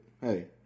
hey